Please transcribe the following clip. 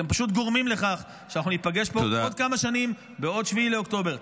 אתם פשוט גורמים לכך שאנחנו ניפגש פה בעוד כמה שנים בעוד 7 באוקטובר.